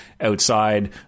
outside